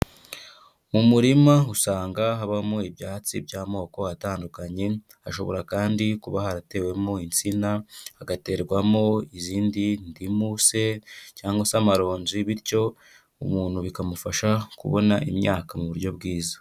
Mu murima usanga habamo ibyatsi by'amoko atandukanye, hashobora kandi kuba haratewemo insina, hagaterwamo izindi ndimu se cyangwa se amaronji, bityo umuntu bikamufasha kubona imyaka mu buryo bwiza.